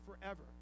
forever